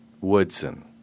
Woodson